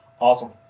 Awesome